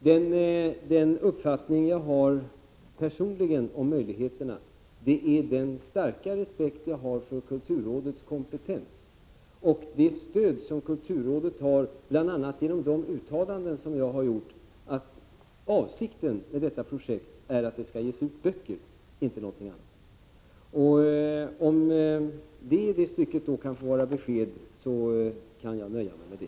Den uppfattning jag personligen har om möjligheterna baseras på min starka respekt för kulturrådets kompetens och det stöd som kulturrådet har, bl.a. genom de uttalanden jag gjort med innebörd att avsikten med projektet är att det skall ges ut böcker, inte någonting annat. Om detta kan vara ett besked i det stycket, så nöjer jag mig med det.